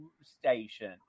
station